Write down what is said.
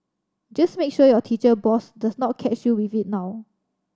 just make sure your teacher boss does not catch you with it now